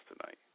tonight